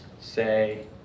say